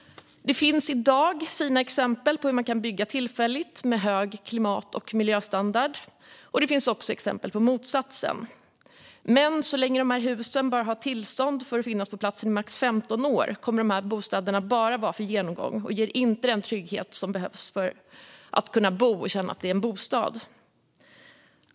Det finns i dag fina exempel på hur man kan bygga tillfälligt med hög klimat och miljöstandard - och exempel på motsatsen. Men så länge husen bara har tillstånd för att finnas på platsen i max 15 år kommer dessa bostäder bara att vara för genomgång. De ger då inte den trygghet som behövs för att man ska kunna känna att det är en bostad.